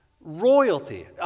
royalty